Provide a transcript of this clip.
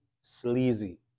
sleazy